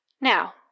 Now